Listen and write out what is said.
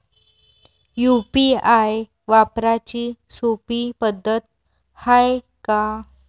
UPI वापराची सोपी पद्धत हाय का?